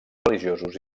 religiosos